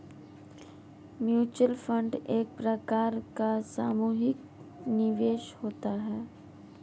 mutual fund एक प्रकार का सामुहिक निवेश होता है